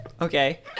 Okay